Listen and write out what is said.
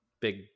Big